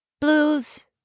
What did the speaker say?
Blues